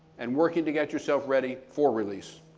and working to get yourself ready for release.